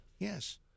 Yes